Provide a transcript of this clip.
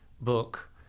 book